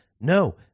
No